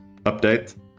Update